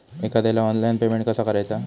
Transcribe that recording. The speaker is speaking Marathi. एखाद्याला ऑनलाइन पेमेंट कसा करायचा?